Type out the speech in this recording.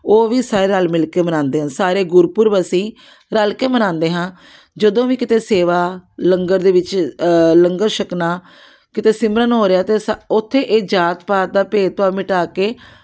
ਉਹ ਵੀ ਸਾਰੇ ਰਲ ਮਿਲ ਕੇ ਮਨਾਉਂਦੇ ਆ ਸਾਰੇ ਗੁਰਪੁਰਬ ਅਸੀਂ ਰਲ ਕੇ ਮਨਾਉਂਦੇ ਹਾਂ ਜਦੋਂ ਵੀ ਕਿਤੇ ਸੇਵਾ ਲੰਗਰ ਦੇ ਵਿੱਚ ਲੰਗਰ ਛਕਣਾ ਕਿਤੇ ਸਿਮਰਨ ਹੋ ਰਿਹਾ ਅਤੇ ਸਾ ਉੱਥੇ ਇਹ ਜਾਤ ਪਾਤ ਦਾ ਭੇਦਭਾਵ ਮਿਟਾ ਕੇ